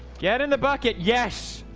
get in the bucket. yes